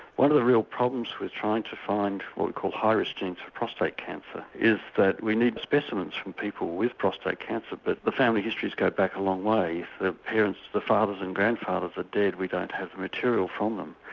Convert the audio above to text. one of the real problems with trying to find what we call high risk genes for prostate cancer is that we need specimens from people with prostate cancer but the family histories go back a long way. if the parents, the fathers and grandfathers are dead, we don't have the material from them.